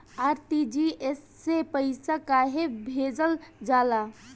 RTGS से पइसा कहे भेजल जाला?